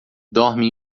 dorme